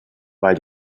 weil